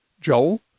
Joel